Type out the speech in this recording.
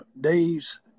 days